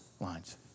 lines